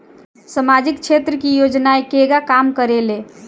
सामाजिक क्षेत्र की योजनाएं केगा काम करेले?